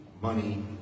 money